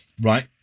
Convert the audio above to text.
right